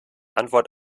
antwort